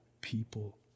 people